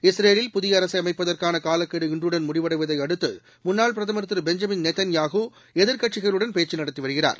இஸ்ரேலில் புதியஅரசைஅமைப்பதற்கானகாலக்கெடு இன்றுடன் முடிவடைவதையடுத்துமுன்னாள் பிரதமர் திருபெஞ்சமின் நெத்தள்யாஹூ எதிர்க்கட்சிகளுடன் பேச்சுநடத்திவருகிறார்